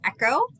Echo